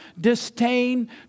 disdain